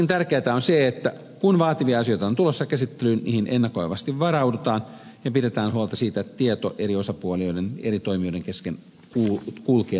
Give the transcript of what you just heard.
myöskin tärkeätä on se että kun vaativia asioita on tulossa käsittelyyn niihin ennakoivasti varaudutaan ja pidetään huolta siitä että tieto eri osapuolien eri toimijoiden kesken kulkee riittävän hyvin